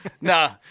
No